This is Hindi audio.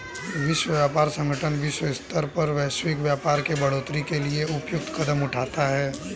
विश्व व्यापार संगठन विश्व स्तर पर वैश्विक व्यापार के बढ़ोतरी के लिए उपयुक्त कदम उठाता है